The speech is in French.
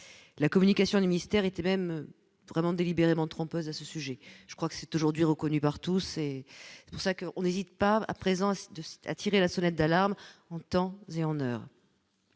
la communication du ministère était même vraiment délibérément trompeuses à ce sujet, je crois que c'est aujourd'hui reconnue par tous, c'est pour ça qu'on n'hésite pas à présent de sites, a tiré la sonnette d'alarme en temps et en heure,